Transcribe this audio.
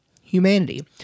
Humanity